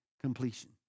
completion